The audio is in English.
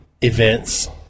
events